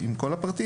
עם כל הפרטים,